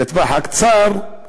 לטווח הקצר,